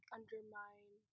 undermine